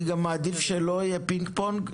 אני גם מעדיף שלא יהיה פינג-פונג,